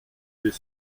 des